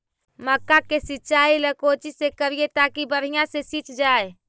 मक्का के सिंचाई ला कोची से करिए ताकी बढ़िया से सींच जाय?